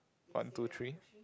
one two three